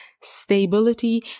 stability